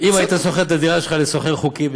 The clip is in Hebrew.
אם היית משכיר את הדירה שלך לשוכר חוקי,